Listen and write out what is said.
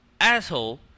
Asshole